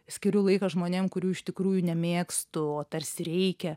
skiriu laiką žmonėm kurių iš tikrųjų nemėgstu o tarsi reikia